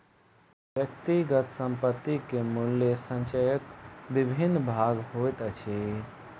व्यक्तिगत संपत्ति के मूल्य संचयक विभिन्न भाग होइत अछि